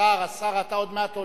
הוא מסית ומדיח.